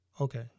okay